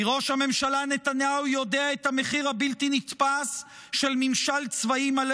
כי ראש הממשלה נתניהו יודע את המחיר הבלתי-נתפס של ממשל צבאי מלא